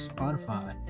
Spotify